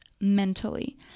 mentally